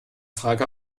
frage